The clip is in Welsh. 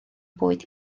bwyd